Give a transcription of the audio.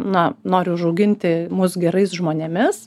na noriu užauginti mus gerais žmonėmis